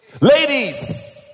Ladies